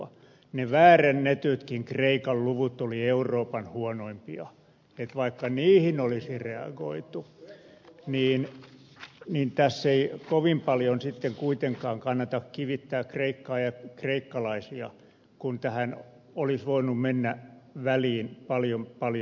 ne väärennetytkin kreikan luvut olivat euroopan huonoimpia joten vaikka niihin olisi reagoitu tässä ei kovin paljon sitten kuitenkaan kannata kivittää kreikkaa ja kreikkalaisia kun tähän olisi voinut mennä väliin paljon paljon aikaisemmin